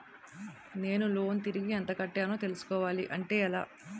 నేను లోన్ తిరిగి ఎంత కట్టానో తెలుసుకోవాలి అంటే ఎలా?